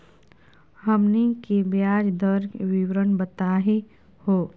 हमनी के ब्याज दर के विवरण बताही हो?